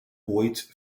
ooit